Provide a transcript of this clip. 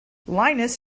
linus